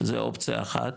זה האופציה האחת,